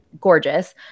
gorgeous